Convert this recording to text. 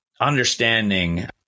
understanding